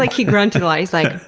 like he grunted a lot. he's like,